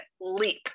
leap